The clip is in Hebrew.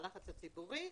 הלחץ הציבורי,